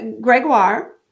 Gregoire